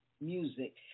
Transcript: music